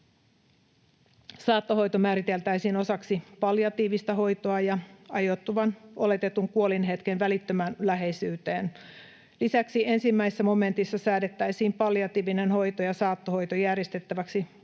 Saattohoito määriteltäisiin osaksi palliatiivista hoitoa ja ajoittuvaksi oletetun kuolinhetken välittömään läheisyyteen. Lisäksi 1 momentissa säädettäisiin palliatiivinen hoito ja saattohoito järjestettäväksi porrasteisesti